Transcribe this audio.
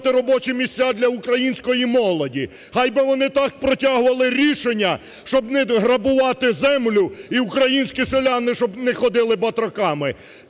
робочі місця для української молоді; хай би вони так протягували рішення, щоб не грабувати землю і українські селяни, щоб не ходили батраками.